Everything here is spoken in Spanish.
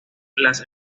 las